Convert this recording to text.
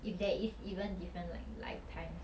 if there is even different like lifetimes